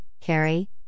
carry